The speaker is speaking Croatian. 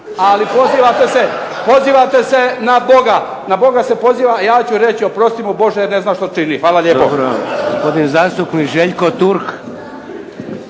Ali pozivate se na koga, na Boga se poziva. Ja ću reći oprosti mu Bože, ne zna što čini. Hvala lijepo. /Smijeh./ **Šeks, Vladimir